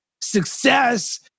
Success